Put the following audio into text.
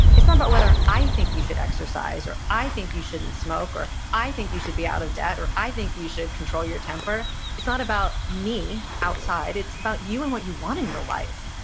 it's not about whether i think you should exercise or i think you shouldn't smoke, or i think you should be out of debt, or i think you should control your temper it's not about me outside. it's about you and what you want in your life.